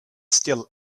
still